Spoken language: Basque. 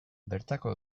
bertako